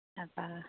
তাৰপৰা